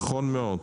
נכון מאוד.